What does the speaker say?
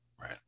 right